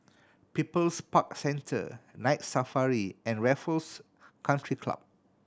People's Park Centre Night Safari and Raffles Country Club